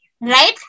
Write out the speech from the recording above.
Right